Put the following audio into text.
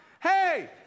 Hey